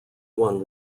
one